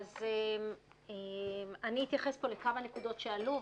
אני אתייחס פה לכמה נקודות שעלו,